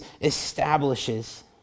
establishes